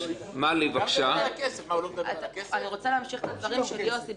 אני רוצה להמשיך את הדברים של יוסי בעניין ההפרדה.